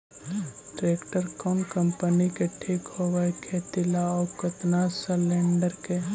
Tractor कोन company के ठीक होब है खेती ल औ केतना सलेणडर के?